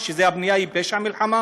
המלחמה, והבנייה היא פשע מלחמה?